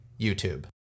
YouTube